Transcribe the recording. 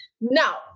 Now